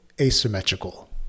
asymmetrical